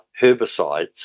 herbicides